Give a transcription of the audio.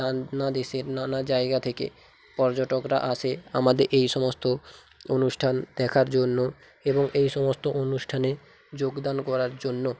নানা দেশের নানা জায়গা থেকে পর্যটকরা আসে আমাদের এই সমস্ত অনুষ্ঠান দেখার জন্য এবং এই সমস্ত অনুষ্ঠানে যোগদান করার জন্য